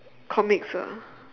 comics ah